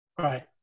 Right